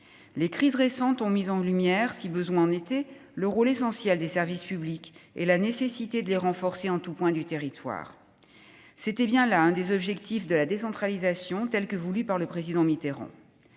les crises récentes ont mis en lumière, si besoin en était, le rôle essentiel des services publics et la nécessité de les renforcer en tout point du territoire. C'était bien là l'un des objectifs de la décentralisation telle que la voulait le président Mitterrand.